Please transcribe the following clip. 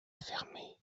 fermé